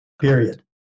Period